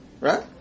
right